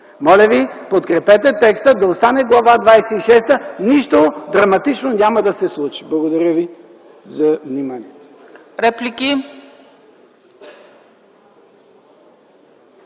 Моля ви, подкрепете текстът да остане Глава двадесет и шеста! Нищо драматично няма да се случи. Благодаря ви за вниманието.